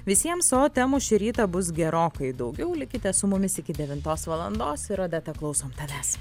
visiems o temų šį rytą bus gerokai daugiau likite su mumis iki devintos valandos ir odeta klausom tavęs